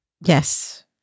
Yes